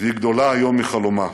והיא גדולה היום מחלומה".